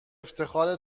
افتخار